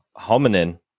hominin